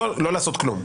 לא לעשות כלום.